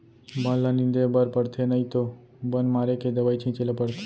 बन ल निंदे बर परथे नइ तो बन मारे के दवई छिंचे ल परथे